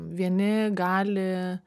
vieni gali